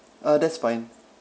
uh that's fine